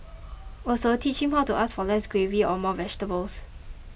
also teach him how to ask for less gravy or more vegetables